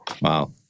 Wow